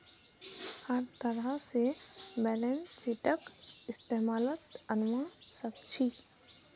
हर तरह से बैलेंस शीटक इस्तेमालत अनवा सक छी